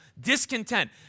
Discontent